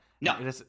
No